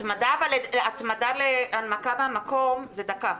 הצמדה והנמקה מהמקום זה דקה.